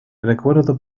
recuerdo